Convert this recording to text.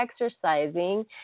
exercising